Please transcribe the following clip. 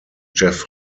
jeff